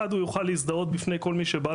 אחד הוא יוכל להזדהות בפני כל מי שבא